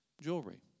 jewelry